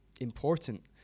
important